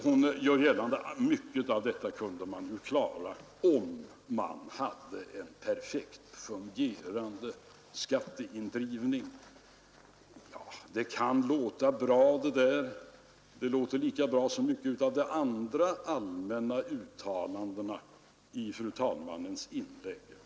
Hon gör gällande att mycket av detta kunde man ju klara om man hade en perfekt fungerande skatteindrivning. Det kan låta bra det där. Det låter lika bra som många av de andra allmänna uttalandena i fru talmannens inlägg.